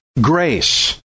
grace